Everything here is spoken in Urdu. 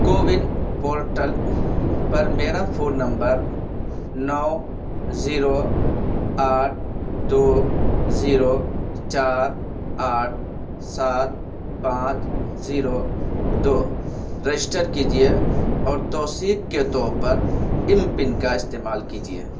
کوون پورٹل پر میرا فون نمبر نو زیرو آٹھ دو زیرو چار آٹھ سات پانچ زیرو دو رجسٹر کیجیے اور توثیق کے طور پر ایم پن کا استعمال کیجیے